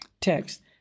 text